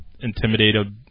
intimidated